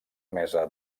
mesa